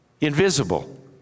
Invisible